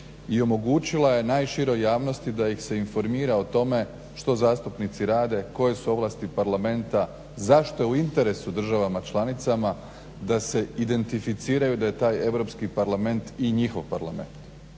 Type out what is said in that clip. i omogućila je najširoj javnosti da ih se informira o tome što zastupnici rade, koje su ovlasti Parlamenta, zašto je u interesu državama članicama da se identificiraju da je taj Europski parlament i njihov Parlament.